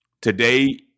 Today